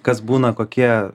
kas būna kokie